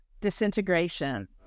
Disintegration